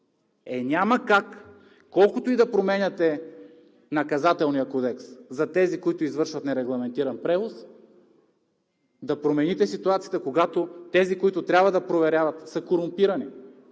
Е няма как колкото и да променяте Наказателния кодекс за тези, които извършват нерегламентиран превоз, да промените ситуацията, когато тези, които трябва да проверяват, са корумпирани.